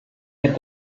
had